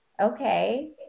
okay